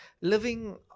living